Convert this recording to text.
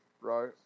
Right